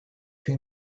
più